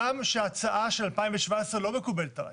הגם שההצעה של 2017 לא מקובלת עליי,